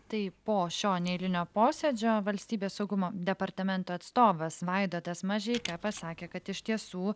tai po šio neeilinio posėdžio valstybės saugumo departamento atstovas vaidotas mažeika pasakė kad iš tiesų